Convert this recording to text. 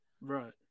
Right